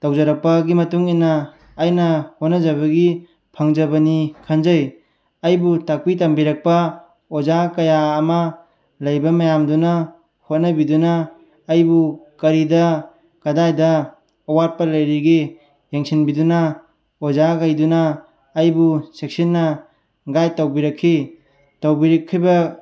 ꯇꯧꯖꯔꯛꯄꯒꯤ ꯃꯇꯨꯡ ꯏꯟꯅ ꯑꯩꯅ ꯍꯣꯠꯅꯖꯕꯒꯤ ꯐꯪꯖꯕꯅꯤ ꯈꯟꯖꯩ ꯑꯩꯕꯨ ꯇꯥꯛꯄꯤ ꯇꯝꯕꯤꯔꯛꯄ ꯑꯣꯖꯥ ꯀꯌꯥ ꯑꯃ ꯂꯩꯕ ꯃꯌꯥꯝꯗꯨꯅ ꯍꯣꯠꯅꯕꯤꯗꯨꯅ ꯑꯩꯕꯨ ꯀꯔꯤꯗ ꯀꯗꯥꯏꯗ ꯑꯋꯥꯠꯄ ꯂꯩꯔꯤꯒꯦ ꯌꯦꯡꯁꯤꯟꯕꯤꯗꯨꯅ ꯑꯣꯖꯥꯈꯩꯗꯨꯅ ꯑꯩꯕꯨ ꯆꯦꯛꯁꯤꯟꯅ ꯒꯥꯏꯠ ꯇꯧꯕꯤꯔꯛꯈꯤ ꯇꯧꯕꯤꯔꯛꯈꯤꯕ